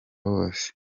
bose